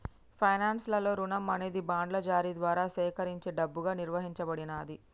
finance లలో రుణం అనేది బాండ్ల జారీ ద్వారా సేకరించిన డబ్బుగా నిర్వచించబడినాది